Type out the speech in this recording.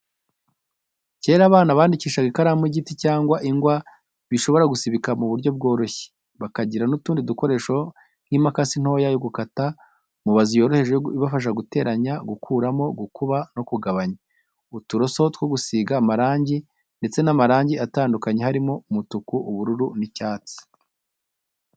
Kera abana bandikishaga ikaramu y'igiti cyangwa ingwa bishobora gusibika mu buryo bworoshye, bakagira n'utundi dukoresho nk'imakasi ntoya yo gukata, mubazi yoroheje ibafasha guteranya, gukuramo, gukuba no kugabanya, uturoso two gusiga amarangi ndetse n'amarangi atandukanye harimo umutuku, ubururu n'icyatsi.